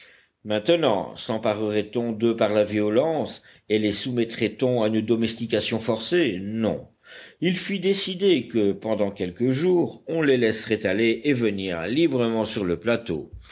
maintenant semparerait on d'eux par la violence et les soumettrait on à une domestication forcée non il fut décidé que pendant quelques jours on les laisserait aller et venir librement sur le plateau